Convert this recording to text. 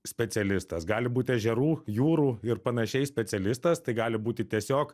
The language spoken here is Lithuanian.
specialistas gali būt ežerų jūrų ir panašiai specialistas tai gali būti tiesiog